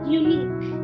unique